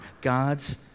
God's